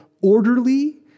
orderly